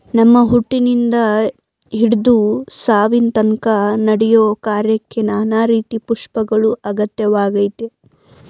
ನಮ್ಮ ಹುಟ್ಟಿನಿಂದ ಹಿಡ್ದು ಸಾವಿನತನ್ಕ ನಡೆಯೋ ಕಾರ್ಯಕ್ಕೆ ನಾನಾ ರೀತಿ ಪುಷ್ಪಗಳು ಅತ್ಯಗತ್ಯವಾಗಯ್ತೆ